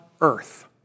earth